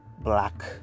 black